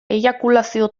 eiakulazio